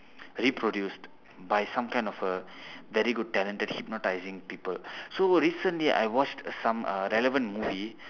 reproduced by some kind of a very good talented hypnotising people so recently I watch some uh relevant movie